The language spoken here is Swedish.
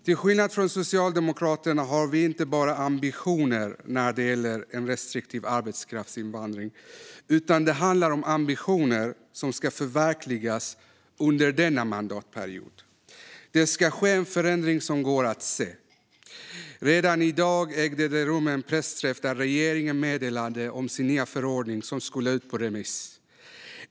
Till skillnad från Socialdemokraterna har vi inte bara ambitioner när det gäller en restriktiv arbetskraftsinvandring, utan det handlar om ambitioner som ska förverkligas under denna mandatperiod. Det ska ske en förändring som går att se. Redan i dag ägde det rum en pressträff där regeringen informerade om sin nya förordning, som ska ut på remiss.